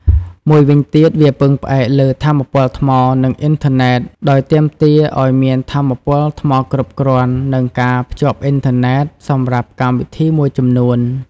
មួយវិញទៀត វាពឹងផ្អែកលើថាមពលថ្ម និងអ៊ីនធឺណេត ដោយទាមទារឱ្យមានថាមពលថ្មគ្រប់គ្រាន់ និងការភ្ជាប់អ៊ីនធឺណេត សម្រាប់កម្មវិធីមួយចំនួន។